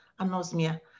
anosmia